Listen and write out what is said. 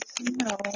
No